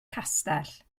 castell